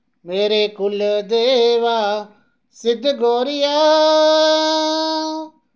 मेरे कुलदेवा सिद्ध गोरिया